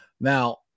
Now